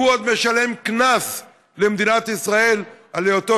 הוא עוד משלם קנס למדינת ישראל על היותו